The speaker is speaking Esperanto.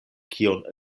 kion